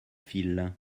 fil